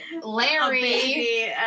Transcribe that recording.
Larry